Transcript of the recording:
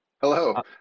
Hello